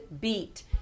beat